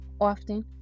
often